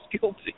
guilty